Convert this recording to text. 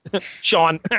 Sean